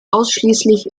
ausschließlich